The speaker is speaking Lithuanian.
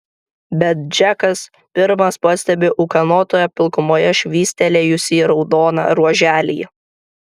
bet džekas pirmas pastebi ūkanotoje pilkumoje švystelėjusį raudoną ruoželį